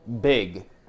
big